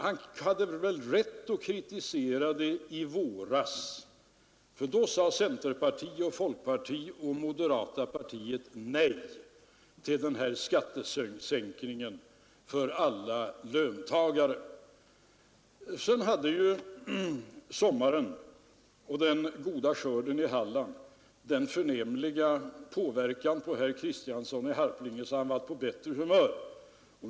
Han hade väl rätt att kritisera det i våras, eftersom centerpartiet, folkpartiet och moderata samlingspartiet då sade nej till skattesänkningen för alla löntagare, Sedan har tydligen sommaren och den goda skörden i Halland haft den förnämliga påverkan på herr Kristiansson i Harplinge att han blev på bättre humör.